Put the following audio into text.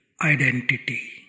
identity